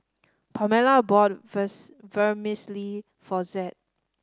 Pamela bought Vermicelli for Zed